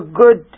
good